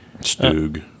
Stug